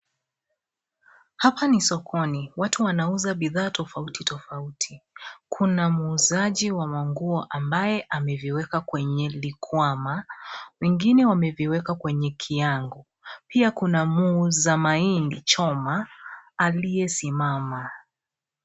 Hapa ni sokoni watu wanauza bidhaa tofauti tofauti, kuna muuzaji wa manguo ambaye ameviweka kwenye likwama wengine wameviweka kwenye kiango pia kuna muuza mahindi choma aliyesimama.